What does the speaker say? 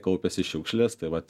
kaupiasi šiukšles tai vat